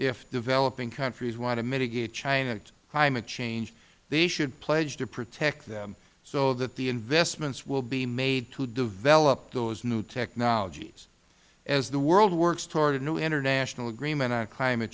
if developing countries want to mitigate climate change they should pledge to protect them so that the investments will be made to develop those new technologies as the world works toward a new international agreement on climate